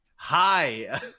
Hi